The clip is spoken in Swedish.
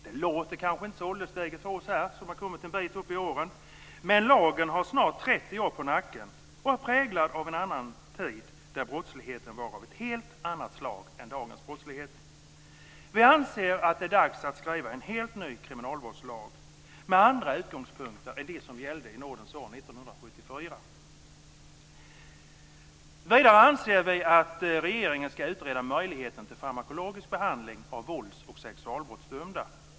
Det låter kanske inte så ålderstiget för oss här, som har kommit en bit upp i åren, men lagen har snart 30 år på nacken och är präglad av en annan tid, då brottsligheten var av ett helt annat slag än dagens brottslighet. Vi anser att det är dags att skriva en helt ny kriminalvårdslag med andra utgångspunkter än dem som gällde i nådens år Vidare anser vi att regeringen ska utreda möjligheten till farmakologisk behandling av vålds och sexualbrottsdömda.